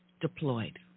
deployed